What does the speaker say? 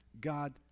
God